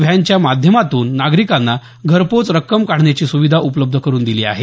व्हॅनच्या माध्यमातून नागरिकांना घरपोच रक्कम काढण्याची सुविधा उपलब्ध करून दिली आहे